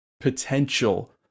potential